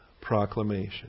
proclamation